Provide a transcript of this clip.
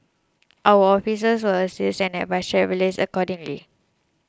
our officers will assist and advise travellers accordingly